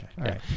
Okay